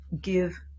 give